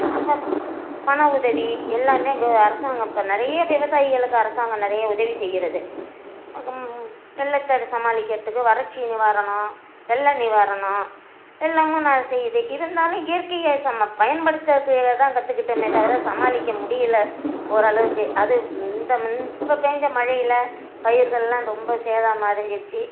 பணம் உதவி எல்லாம் கே அரசாங்கம் இப்போ நிறைய விவசாயிகளுக்கு அரசாங்கம் நிறைய உதவி செய்கிறது வெள்ளததை சமாளிக்கிறத்துக்கு வறட்சி நிவாரணம் வெள்ள நிவாரணம் எல்லாமும் நா செய்யுது இருந்தாலும் இயற்கையை சம பயன்படுத்தறதுக்கு தான் கற்றுக்கிட்டமே தவிர சமாளிக்க முடியல ஓரளவுக்கு அது இந்த இப்போ பேஞ்ச மழையில் பயிர்கள்லாம் ரொம்ப சேதம் அடைஞ்சிருச்சி